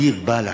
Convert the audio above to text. דיר באלכ,